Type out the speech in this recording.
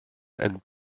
and